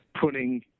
putting